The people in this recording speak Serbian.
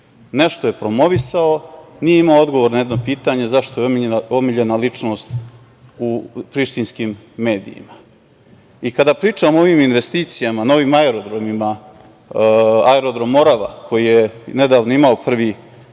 nešto je promovisao nije imao odgovor na jedno pitanje - zašto je omiljena ličnost u prištinskim medijima? Kada pričamo o novim investicijama, novim aerodromima, aerodrom Morava, koji je nedavno imao prvi